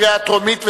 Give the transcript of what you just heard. הרחבת תחולת המוסדות),